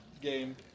game